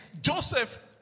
Joseph